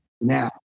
Now